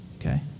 Okay